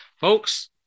Folks